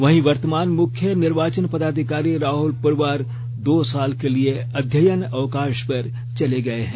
वहीं वर्तमान मुख्य निर्वाचन पदाधिकारी राहल पुरवार दो साल के लिए अध्ययन अवकाश पर चले गए हैं